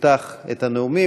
תפתח את הנאומים.